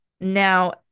Now